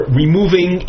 removing